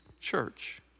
church